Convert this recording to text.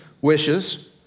wishes